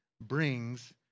brings